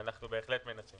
אנחנו בהחלט מנסים.